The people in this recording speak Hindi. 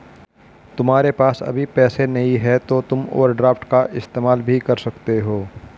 तुम्हारे पास अभी पैसे नहीं है तो तुम ओवरड्राफ्ट का इस्तेमाल भी कर सकते हो